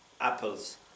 apples